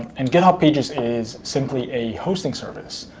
and github pages is simply a hosting service.